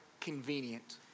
convenient